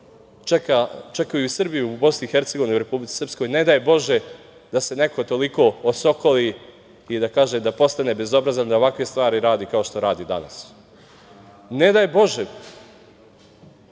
čekaju i Srbi u Bosni i Hercegovini i u Republici Srpskoj. Ne daj Bože da se neko toliko osokoli i da kaže, da postane bezobrazan, da ovakve stvari radi kao što radi danas. Ne daj Bože